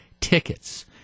tickets